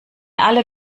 alle